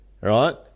right